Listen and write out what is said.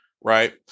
Right